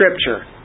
Scripture